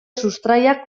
sustraiak